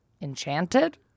Enchanted